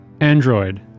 android